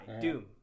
Doom